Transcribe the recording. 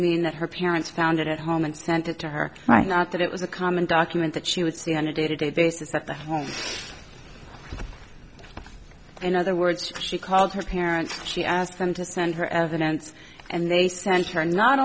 mean that her parents found it at home and sent it to her right not that it was a common document that she would see on a day to day basis that the home in other words she called her parents she asked them to send her evidence and they sent her not